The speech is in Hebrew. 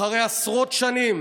אחרי עשרות שנים